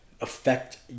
affect